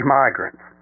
migrants